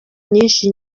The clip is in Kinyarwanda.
nyinshi